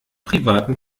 privaten